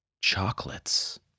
Chocolates